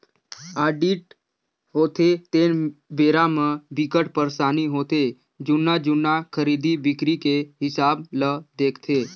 audit होथे तेन बेरा म बिकट परसानी होथे जुन्ना जुन्ना खरीदी बिक्री के हिसाब ल देखथे